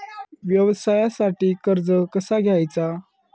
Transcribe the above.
व्यवसायासाठी कर्ज कसा घ्यायचा?